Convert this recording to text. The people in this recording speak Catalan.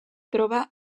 troba